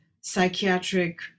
psychiatric